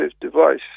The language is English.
device